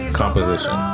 composition